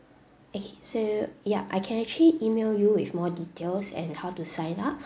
okay so yup I can actually email you with more details and how to sign up